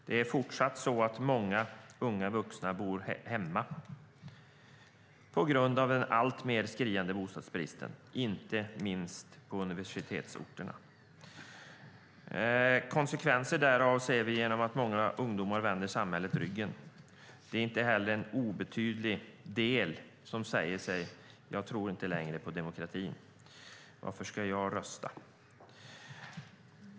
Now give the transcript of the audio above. Det är fortsatt många unga vuxna som bor hemma på grund av den alltmer skriande bostadsbristen, inte minst på universitetsorterna. Konsekvenserna därav ser vi genom att många ungdomar vänder samhället ryggen. Det är inte heller en obetydlig del som säger sig inte längre tro på demokratin och som frågar sig varför de ska rösta.